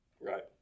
Right